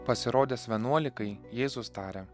pasirodęs vienuolikai jėzus tarė